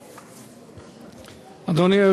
אדוני.